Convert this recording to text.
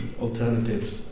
alternatives